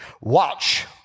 Watch